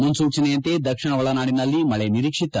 ಮುನ್ಲೂಜನೆಯಂತೆ ದಕ್ಷಿಣ ಒಳನಾಡಿನಲ್ಲಿ ಮಳೆ ನಿರೀಕ್ಷಿತ